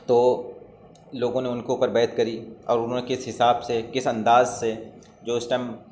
تو لوگوں نے ان کے اوپر بیعت کری اور انہوں نے کس حساب سے کس انداز سے جو اس ٹائم